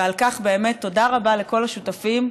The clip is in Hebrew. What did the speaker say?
ועל כך באמת תודה רבה לכל השותפים.